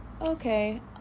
okay